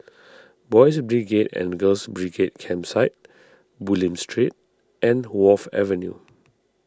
Boys' Brigade and Girls' Brigade Campsite Bulim Street and Wharf Avenue